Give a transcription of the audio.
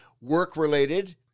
work-related